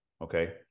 Okay